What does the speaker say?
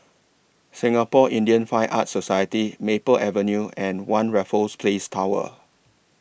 Singapore Indian Fine Arts Society Maple Avenue and one Raffles Place Tower